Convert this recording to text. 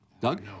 Doug